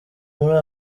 muri